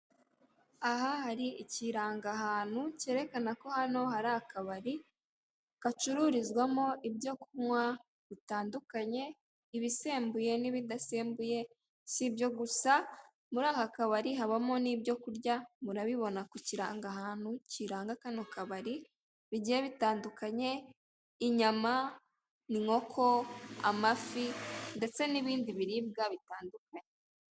Aha hari ikirangahantu cyerekana ko hano hari akabari gacururizwamo ibyo kunywa bitandukanye, ibisembuye n'ibidasembuye. Si ibyo gusa, muri aka kabari habamo n'ibyo kurya, murabibona ku kirangahantu kiranga kano kabari, bigiye bitandukanye, inyama, inkoko, amafi ndetse n'ibindi biribwa bitandukanye.